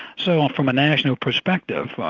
so um from a national perspective,